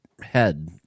head